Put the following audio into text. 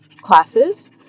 classes